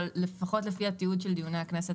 אבל לפחות לפי התיעוד של דיוני הכנסת,